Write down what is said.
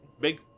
Big